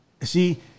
See